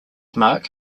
mark